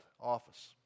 office